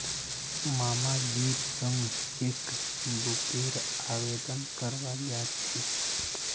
मामाजीर संग चेकबुकेर आवेदन करवा जा छि